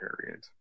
period